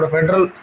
Federal